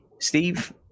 Steve